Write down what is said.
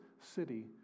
city